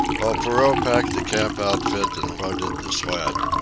while perrault packed the camp outfit and loaded the sled,